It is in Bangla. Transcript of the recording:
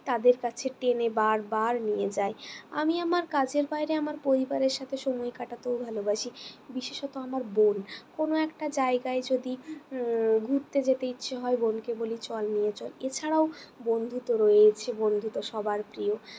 তাদের কাছে টেনে বারবার নিয়ে যায় আমি আমার কাজের বায়রে আমার পরিবারের সাথে সময় কাটাতেও ভালোবাসি বিশেষত আমার বোন কোন একটা জায়গায় যদি ঘুরতে যেতে ইচ্ছে হয় বোনকে বলি চল নিয়ে চল এছাড়াও বন্ধু তো রয়েছে বন্ধু তো সবার প্রিয়